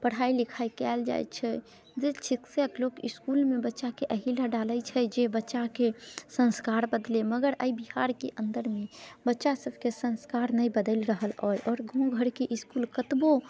पढ़ाइ लिखाइ कयल जाइ छै जे शिक्षक लोक इसकुलमे बच्चाके अहि लेल डालै छै जे बच्चाके संस्कार बदलै मगर अइ बिहारके अन्दरमे बच्चा सबके संस्कार नहि बदलि रहल अइ आओर गाँव घरके इसकुल कतबौ